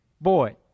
boy